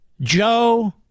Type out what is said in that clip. Joe